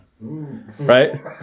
Right